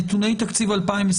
נתוני תקציב 2023